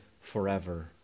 forever